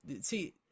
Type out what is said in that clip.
See